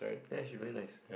ya she very nice